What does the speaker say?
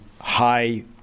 high